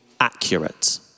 accurate